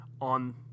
on